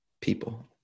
people